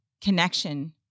connection